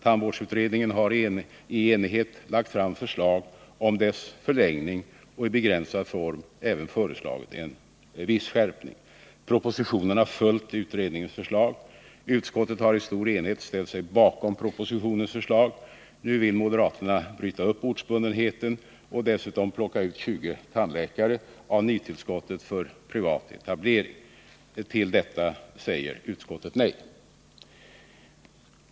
Tandvårdsutredningen har i enighet lagt fram förslag om deras förlängning och i begränsad form även föreslagit en viss skärpning. Propositionen har följt utredningens förslag. Utskottet har i stor enighet ställt sig bakom propositionens förslag. Nu vill moderaterna bryta upp ortsbundenheten och dessutom plocka ut 20 tandläkare av nytillskottet för privat etablering. Till detta säger utskottet nej.